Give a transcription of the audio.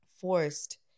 forced